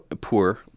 Poor